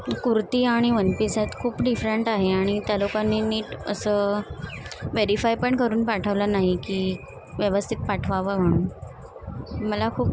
कुर्ती आणि one piece हयात खूप डिफरंट आहे आणि त्या लोकांनी नीट असं व्हेरीफाय पण करून पाठवलं नाही की व्यवस्थित पाठवावं म्हणून मला खूप